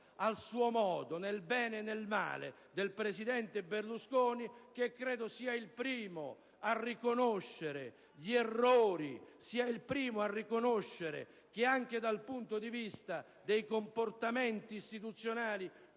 a suo modo, nel bene e nel male - del presidente Berlusconi, che credo sia il primo a riconoscere gli errori e che anche dal punto di vista dei comportamenti istituzionali